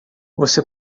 você